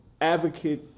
advocate